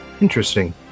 Interesting